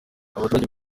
abaturage